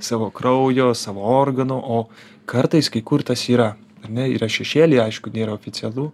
savo kraujo savo organų o kartais kai kur tas yra ar ne yra šešėly aišku nėra oficialu